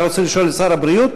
אתה רוצה לשאול את שר הבריאות?